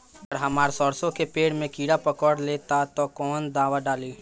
अगर हमार सरसो के पेड़ में किड़ा पकड़ ले ता तऽ कवन दावा डालि?